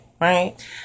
right